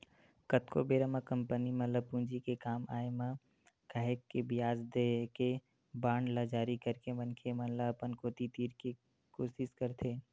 कतको बेरा म कंपनी मन ल पूंजी के काम आय म काहेक के बियाज देके बांड ल जारी करके मनखे मन ल अपन कोती तीरे के कोसिस करथे